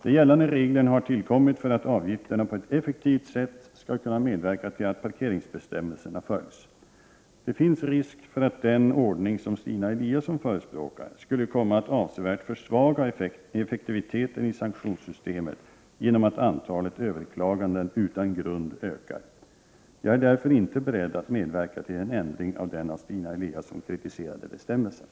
De gällande reglerna har tillkommit för att avgifterna på ett effektivt sätt skall kunna medverka till att parkeringsbestämmelserna följs. Det finns risk för att den ordning som Stina Eliasson förespråkar skulle komma att avsevärt försvaga effektiviteten i sanktionssystemet genom att antalet överklaganden utan grund ökar. Jag är därför inte beredd att medverka till en ändring av den av Stina Eliasson kritiserade bestämmelsen.